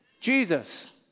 Jesus